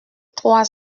trois